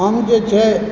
हम जे छै